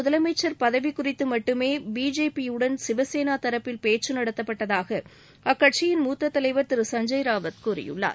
முதலமைச்சர் பதவி குறித்து மட்டுமே பிஜேபியுடன் சிவசேனா தரப்பில் பேச்சு நடத்தப்பட்டதாக அக்கட்சியின் மூத்த தலைவர் சஞ்சய் ரவுத் கூறியுள்ளார்